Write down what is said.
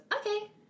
okay